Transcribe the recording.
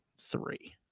three